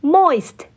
Moist